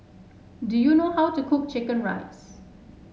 do you know how to cook chicken rice